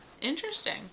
interesting